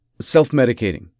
self-medicating